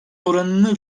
oranını